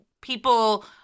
people